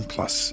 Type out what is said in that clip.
Plus